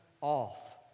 off